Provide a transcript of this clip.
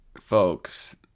folks